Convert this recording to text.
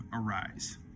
arise